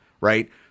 right